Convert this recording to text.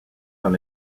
dans